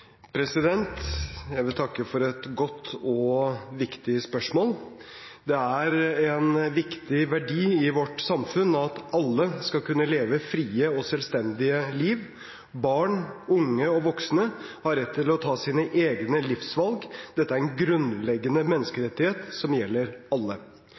Jeg vil takke for et godt og viktig spørsmål. Det er en viktig verdi i vårt samfunn at alle skal kunne leve frie og selvstendige liv. Barn, unge og voksne har rett til å ta sine egne livsvalg. Dette er en grunnleggende menneskerettighet som gjelder alle.